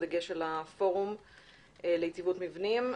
בדגש על הפורום ליציבות מבנים,